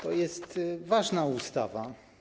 To jest ważna ustawa.